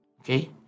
okay